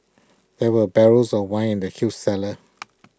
there were barrels of wine in the huge cellar